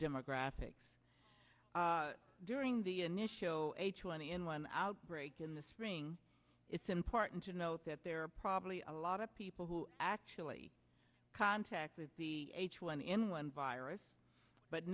demographics during the initial h one n one outbreak in the spring it's important to note that there are probably a lot of people who actually contact with the h one n one virus but